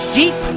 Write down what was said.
deep